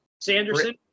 Sanderson